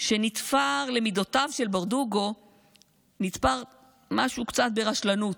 שנתפר למידותיו של ברדוגו נתפר קצת ברשלנות,